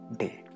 day